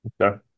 Okay